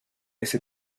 ese